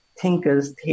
thinkers